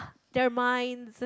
they're mine